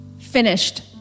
finished